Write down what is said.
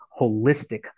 holistic